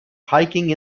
hiking